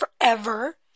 forever